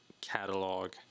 catalog